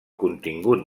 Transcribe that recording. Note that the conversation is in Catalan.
contingut